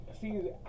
see